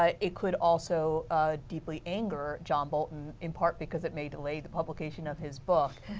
ah it could also deeply angered john bolton in part because it may delay the publication of his book.